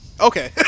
Okay